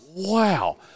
Wow